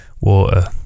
water